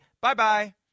bye-bye